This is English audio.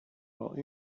while